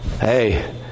Hey